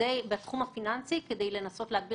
לבנק הבינלאומי, למזרחי